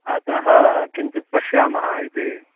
अतः किञ्चित् पश्यामः इति